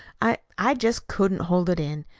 i i just couldn't hold it in.